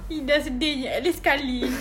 ida sedihnya at least sekali